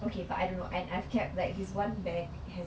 okay but I don't know and I've kept like this one bag has